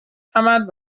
عمل